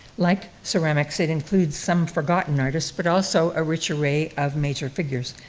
like ceramics, it includes some forgotten artists, but also a rich array of major figures.